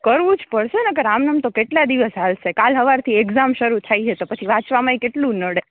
કરવું જ પડસે નક આમ ને આમ તો કેટલા દિવસ હાલસે કાલ હવારથી એક્ઝામ સરુ થઇ હે તો પછી વાંચવામાં કેટલું નળે